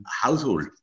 household